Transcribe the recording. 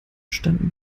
standen